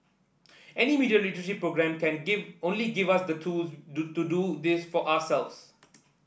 any media literacy programme can give only give us the tools to do this for ourselves